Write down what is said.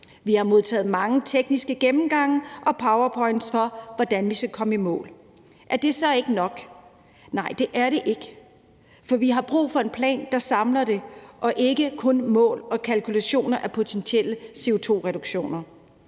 Vi har modtaget mange tekniske gennemgange og powerpointpræsentationer af, hvordan vi skal komme i mål. Er det så ikke nok? Nej, det er det ikke, for vi har brug for en plan, der samler det, og som ikke kun er mål og kalkulationer af potentielle CO2-reduktioner.